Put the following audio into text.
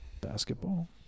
Basketball